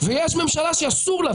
ויש ממשלה שאסור לה,